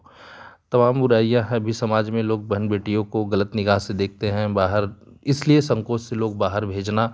तमाम बुराइयाँ है अभी समाज में लोग बहन बेटियों को गलत निगाह से देखते हैं बाहर इसलिए संकोच से लोग बाहर भेजना